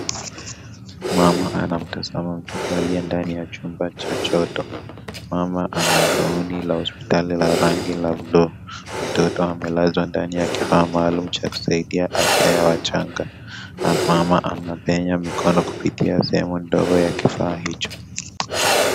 Mama anamtazama mtoto aliye ndani ya chumba cha joto. Mama ana gauni la hospitali la rangi la bluu. Mtoto amelazwa ndani ya kifaa maalum cha kusaidia afya ya wachanga. Mama anapenya mikono kupitia sehemu ndogo ya kifaa hicho.